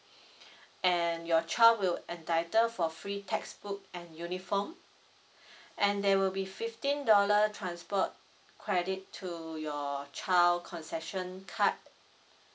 and your child will entitle for free textbook and uniform and there will be fifteen dollar transport credit to your child concession card